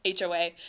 HOA